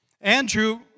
Andrew